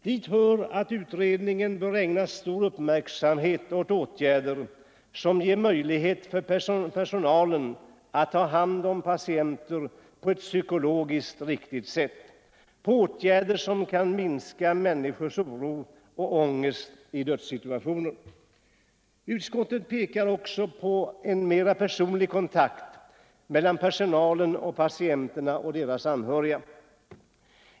Dit hör att utredningen bör ägna stor uppmärksamhet åt sådana åtgärder som ger möjlighet för personalen att ta hand om patienten på ett psykologiskt riktigt sätt samt åtgärder som kan minska människors oro och ångest i dödssituationen. Utskottet pekar också på en mera personlig kontakt mellan personalen och patienterna och deras anhöriga.